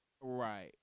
right